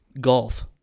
golf